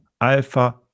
Alpha